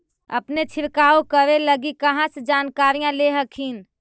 अपने छीरकाऔ करे लगी कहा से जानकारीया ले हखिन?